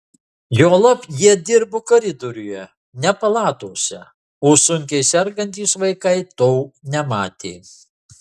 juolab jie dirbo koridoriuje ne palatose o sunkiai sergantys vaikai to nematė